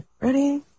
Ready